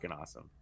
awesome